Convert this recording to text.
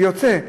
ויוצא,